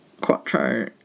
Quattro